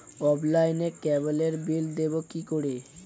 অফলাইনে ক্যাবলের বিল দেবো কি করে?